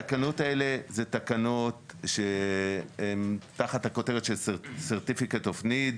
התקנות האלה אלה תקנות שהן תחת הכותרת של Certificate of need,